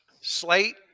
Slate